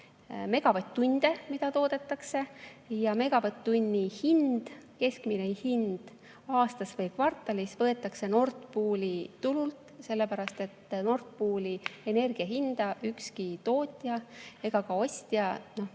megavatt-tunde, mida toodetakse, ja megavatt-tunni keskmine hind aastas või kvartalis võetakse Nord Pooli turult, sellepärast et Nord Pooli energiahinda ükski tootja ega ka ostja